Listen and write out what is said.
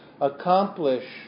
accomplish